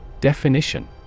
Definition